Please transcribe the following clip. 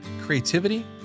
Creativity